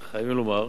חייבים לומר,